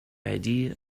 idea